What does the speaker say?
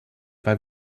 weil